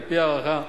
על-פי הערכה,